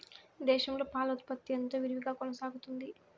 దేశంలో పాల ఉత్పత్తి ఎంతో విరివిగా కొనసాగుతోంది